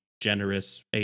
generous